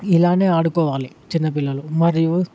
ఇలానే ఆడుకోవాలి చిన్నపిల్లలు మరియు